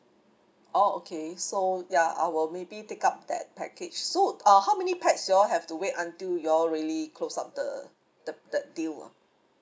orh okay so ya I'll maybe take up that package so uh how many PAX you all have to wait until you all really close up the the the deal ah